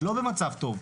לא במצב טוב.